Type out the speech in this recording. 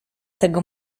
tego